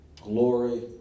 glory